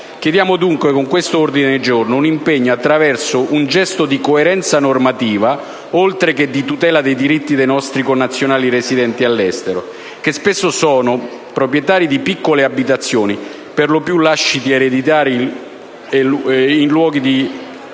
chiediamo dunque un impegno attraverso un gesto di coerenza normativa, oltre che di tutela dei diritti dei nostri connazionali residenti all'estero, i quali spesso sono proprietari di piccole abitazioni, per lo più lasciti ereditari e luoghi di